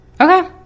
Okay